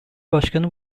başkanı